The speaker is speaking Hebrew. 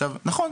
עכשיו נכון,